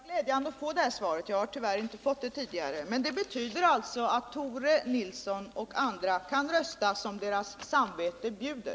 Herr talman! Det var glädjande att få det här beskedet — jag har tyvärr inte 173 fått det tidigare. Det betyder alltså att Tore Nilsson och andra kan rösta som deras samvete bjuder.